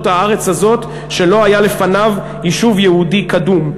הארץ הזאת שלא היה לפניו יישוב יהודי קדום.